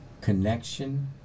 connection